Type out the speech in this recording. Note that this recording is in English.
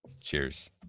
Cheers